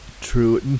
true